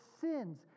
sins